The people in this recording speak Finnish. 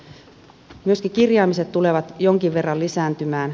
myöskin kirjaamiset tulevat jonkin verran lisääntymään